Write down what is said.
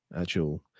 actual